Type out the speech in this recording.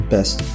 Best